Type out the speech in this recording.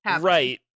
Right